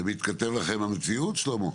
זה מתכתב לכם עם המציאות שלמה?